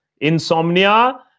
Insomnia